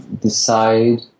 decide